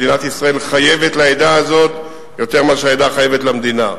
מדינת ישראל חייבת לעדה הזאת יותר ממה שהעדה חייבת למדינה.